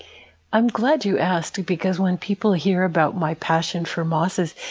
i'm glad you asked because when people hear about my passion for mosses,